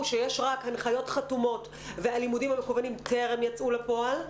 שיש רק הנחיות חתומות והלימודים המקוונים טרם יצאו לפועל,